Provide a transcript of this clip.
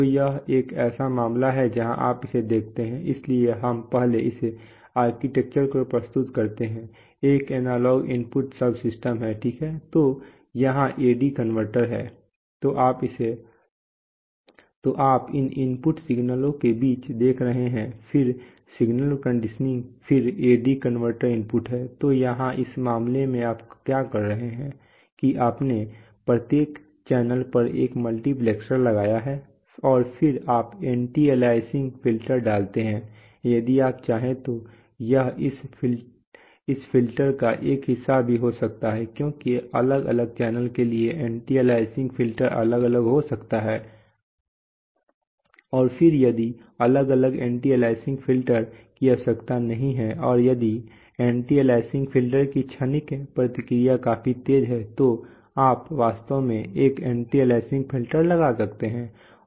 तो यह एक ऐसा मामला है जहां आप इसे देखते हैं इसलिए हम पहले इस आर्किटेक्चर को प्रस्तुत करते हैं यह एनालॉग इनपुट सबसिस्टम है ठीक है तो यहां AD कनवर्टर है तो आप इन इनपुट सिग्नलों के बीच देख रहे हैं फिर सिग्नल कंडीशनिंग फिर AD कनवर्टर इनपुट है तो यहाँ इस मामले में आप क्या कर रहे हैं कि आपने प्रत्येक चैनल पर एक मल्टीप्लेक्सर लगाया है और फिर आप एंटी अलियासिंग फ़िल्टर डालते हैं यदि आप चाहें तो यह इस फ़िल्टर का एक हिस्सा भी हो सकता है क्योंकि अलग अलग चैनलों के लिए एंटी अलियासिंग फ़िल्टर अलग अलग हो सकता है और फिर यदि अलग अलग एंटी अलियासिंग फ़िल्टर की आवश्यकता नहीं है और यदि एंटी अलियासिंग फ़िल्टर की क्षणिक प्रतिक्रिया काफी तेज़ है तो आप वास्तव में एक एंटी अलियासिंग फिल्टर लगा सकते हैं